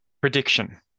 prediction